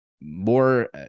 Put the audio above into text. more